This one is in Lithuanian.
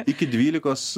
iki dvylikos